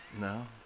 no